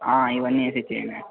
ఇవన్నీ వేసి ఇచ్చేయండి